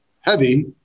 heavy